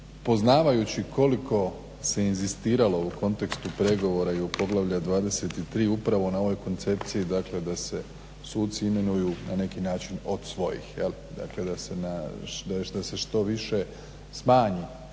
poznavajući koliko se inzistiralo u kontekstu pregovora oko poglavlja 23. upravo na ovoj koncepciji da se suci imenuju na neki način od svojih, jel dakle da